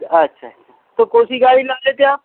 اچھا اچھا تو کون سی گاڑی لا دیتے آپ